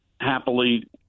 Happily